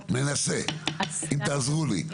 מנסה, אם תעזרו לי.